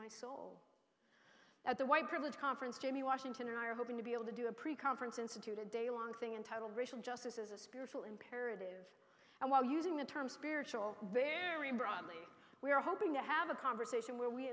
feed at the white privilege conference to me washington and i are hoping to be able to do a pre conference institute a daylong thing entitled racial justice as a spiritual imperative and while using the term spiritual very broadly we are hoping to have a conversation where we